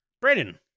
Brandon